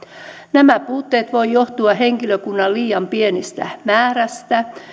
nämä puutteet voivat johtua henkilökunnan liian pienestä määrästä